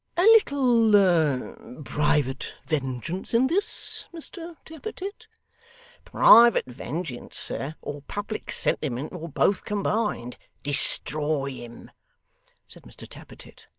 a little private vengeance in this, mr tappertit private vengeance, sir, or public sentiment, or both combined destroy him said mr tappertit.